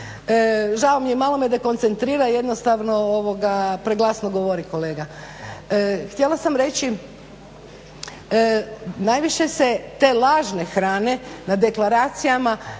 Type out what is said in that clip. Žao mi je, malo me dekoncentrira, jednostavno preglasno govori kolega. Htjela sam reći, najviše se te lažne hrane na deklaracijama